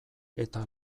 eta